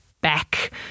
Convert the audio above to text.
back